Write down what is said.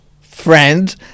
friend